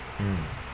mm